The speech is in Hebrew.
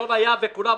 יונה יהב וכולם.